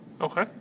okay